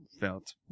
felt